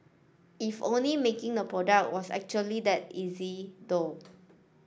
if only making the product was actually that easy though